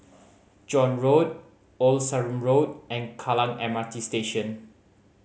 John Road Old Sarum Road and Kallang M R T Station